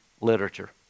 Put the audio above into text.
literature